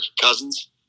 Cousins